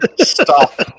Stop